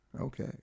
Okay